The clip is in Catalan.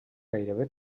gairebé